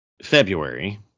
February